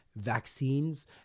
vaccines